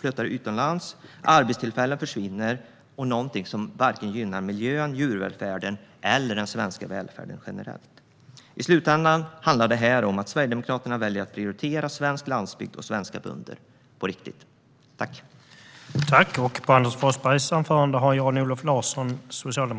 flyttar utomlands och att arbetstillfällen försvinner. Det gynnar varken miljön, djurvälfärden eller den svenska välfärden generellt. I slutändan handlar detta om att Sverigedemokraterna väljer att prioritera svensk landsbygd och svenska bönder - på riktigt.